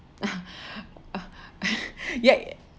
ya